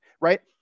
right